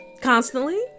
constantly